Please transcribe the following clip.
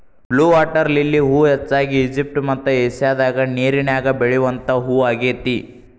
blue water lily ಹೂ ಹೆಚ್ಚಾಗಿ Egypt ಮತ್ತ ಏಷ್ಯಾದಾಗ ನೇರಿನ್ಯಾಗ ಬೆಳಿವಂತ ಹೂ ಆಗೇತಿ